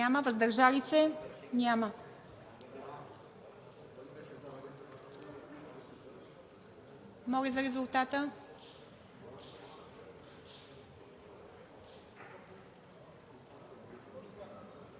Няма. Въздържали се? Няма. Моля за резултата.